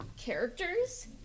characters